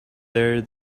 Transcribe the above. there